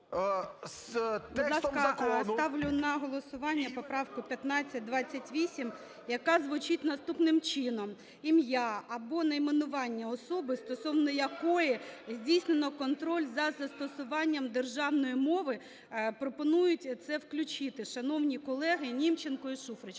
з текстом закону… ГОЛОВУЮЧИЙ. Будь ласка, ставлю на голосування поправку 1528, яка звучить наступним чином: "Ім'я або найменування особи, стосовно якої здійснено контроль за застосуванням державної мови". Пропонують це включити, шановні колегиНімченко і Шуфрич.